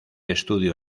estudio